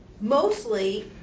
mostly